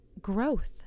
growth